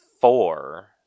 four